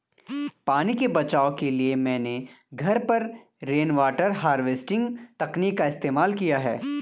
पानी के बचाव के लिए मैंने घर पर रेनवाटर हार्वेस्टिंग तकनीक का इस्तेमाल किया है